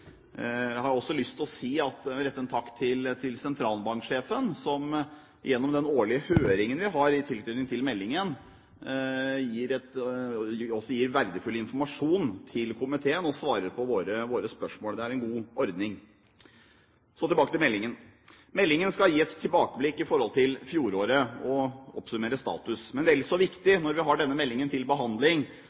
Jeg har også lyst til å rette en takk til sentralbanksjefen, som gjennom den årlige høringen vi har i tilknytning til meldingen, også gir verdifull informasjon til komiteen, og svarer på våre spørsmål. Det er en god ordning. Så tilbake til meldingen: Meldingen skal gi et tilbakeblikk på fjoråret og oppsummere status. Men vel så viktig: Når vi har denne meldingen til behandling,